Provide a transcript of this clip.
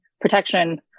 protection